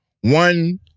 one